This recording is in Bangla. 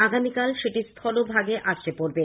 আগামীকাল সেটি স্হুলভাগে আছড়ে পড়বে